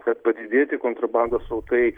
kad padidėti kontrabandos srautai